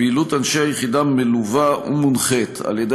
פעילות אנשי היחידה מלווה ומונחית על ידי